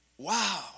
Wow